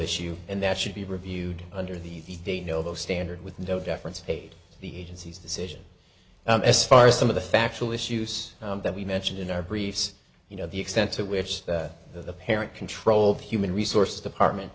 issue and that should be reviewed under the they know those standard with no deference paid the agency's decision as far as some of the factual issues that we mentioned in our briefs you know the extent to which the parent control human resources department